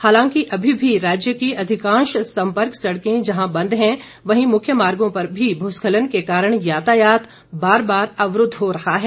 हालांकि अभी भी राज्य की अधिकांश सम्पर्क सड़कें जहां बंद हैं वहीं मुख्य मार्गों पर भी भूस्खलन के कारण यातायात बार बार अवरूद्व हो रहा है